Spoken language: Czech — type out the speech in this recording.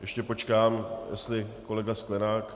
Ještě počkám, jestli kolega Sklenák...